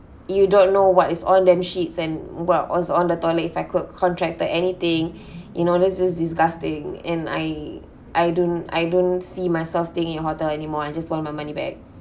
you don't know what is on them sheets and what was on the toilet if I could contracted anything in order just disgusting and I I don't I don't see myself staying in your hotel anymore I just want my money back